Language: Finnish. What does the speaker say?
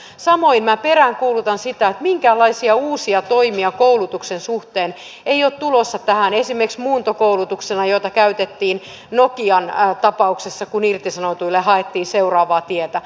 samoin minä peräänkuulutan sitä että minkäänlaisia uusia toimia koulutuksen suhteen ei ole tulossa tähän esimerkiksi muuntokoulutuksena jota käytettiin nokian tapauksessa kun irtisanotuille haettiin seuraavaa tietä